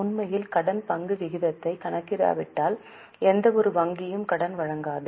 உண்மையில் கடன் பங்கு விகிதத்தை கணக்கிடாவிட்டால் எந்தவொரு வங்கியும் கடன் வழங்காது